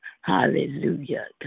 Hallelujah